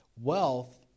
Wealth